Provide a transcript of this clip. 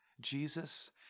Jesus